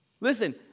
Listen